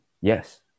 yes